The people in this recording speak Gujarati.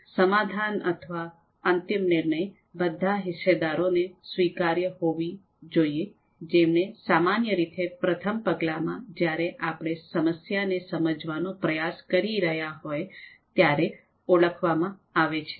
સમાધાન અથવા અંતિમ નિર્ણય બધા હિસ્સેદારોને સ્વીકાર્ય હોવી જોઈએ જેમણે સામાન્ય રીતે પ્રથમ પગલામાં જ્યારે આપણે સમસ્યાને સમજવાનો પ્રયાસ કરી રહ્યા હોય ત્યારે ઓળખવામાં આવે છે